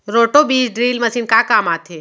Roto बीज drill machine का काम आथे?